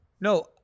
No